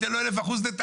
זאת בדיחה.